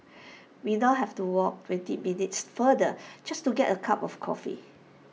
we now have to walk twenty minutes farther just to get A cup of coffee